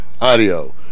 audio